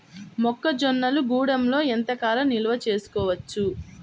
మొక్క జొన్నలు గూడంలో ఎంత కాలం నిల్వ చేసుకోవచ్చు?